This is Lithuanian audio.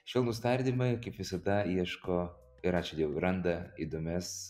švelnūs tardymai kaip visada ieško ir ačiū dievui randa įdomias